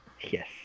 Yes